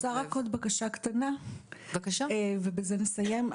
אני רוצה רק עוד בקשה קטנה, ובזה נסיים.